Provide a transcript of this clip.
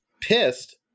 pissed